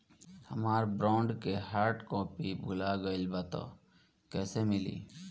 हमार बॉन्ड के hard copy भुला गएलबा त कैसे मिली?